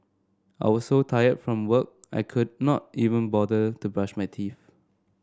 I was so tired from work I could not even bother to brush my teeth